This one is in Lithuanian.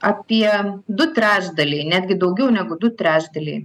apie du trečdaliai netgi daugiau negu du trečdaliai